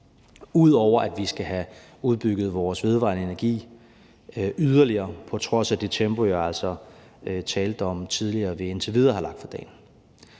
ud over at vi skal have udbygget vores vedvarende energi yderligere, på trods af det tempo, jeg altså talte om tidligere vi indtil videre har lagt for dagen.